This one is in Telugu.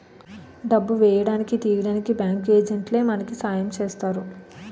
డబ్బు వేయడానికి తీయడానికి బ్యాంకు ఏజెంట్లే మనకి సాయం చేస్తారు